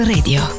Radio